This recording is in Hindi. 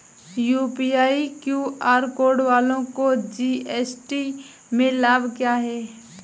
यू.पी.आई क्यू.आर कोड वालों को जी.एस.टी में लाभ क्या है?